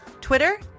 Twitter